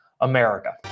America